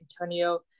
Antonio